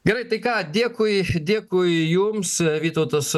gerai tai ką dėkui dėkui jums vytautas